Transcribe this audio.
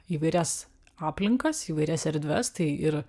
įvairias aplinkas įvairias erdves tai ir